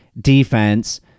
defense